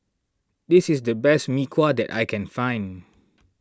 this is the best Mee Kuah that I can find